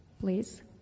please